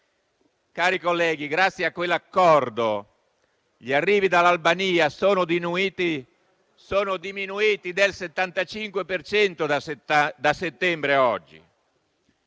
colleghi, grazie a quell'Accordo gli arrivi dall'Albania sono diminuiti del 75 per cento da settembre ad oggi.